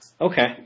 Okay